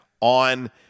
on